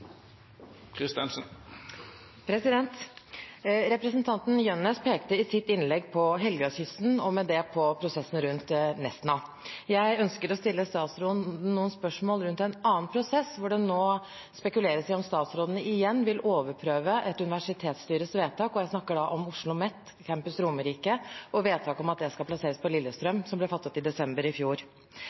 det på prosessen rundt Nesna. Jeg ønsker å stille statsråden noen spørsmål rundt en annen prosess, hvor det nå spekuleres i om statsråden igjen vil overprøve et universitetsstyres vedtak. Jeg snakker da om Oslomets campus Romerike, og vedtaket om at den skal plasseres på Lillestrøm, som ble fattet i desember i fjor.